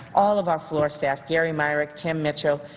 all of our floor staff, gary myrick, tim mitchell,